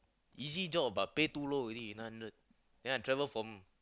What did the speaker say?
easy job but pay too low already nine hundred then I'm travel from